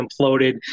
imploded